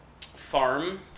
farm